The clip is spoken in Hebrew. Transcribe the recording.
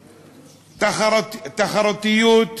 תחרותיות,